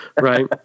right